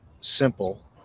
simple